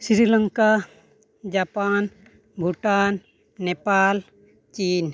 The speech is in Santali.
ᱥᱨᱤᱞᱚᱝᱠᱟ ᱡᱟᱯᱟᱱ ᱵᱷᱩᱴᱟᱱ ᱱᱮᱯᱟᱞ ᱪᱤᱱ